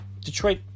Detroit